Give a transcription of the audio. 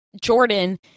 jordan